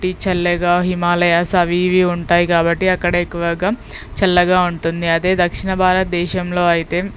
చల్లగా హిమాలయాస్ అవీ ఇవి ఉంటాయి కాబట్టి అక్కడ ఎక్కువగా చల్లగా ఉంటుంది అదే దక్షిణ భారత దేశంలో అయితే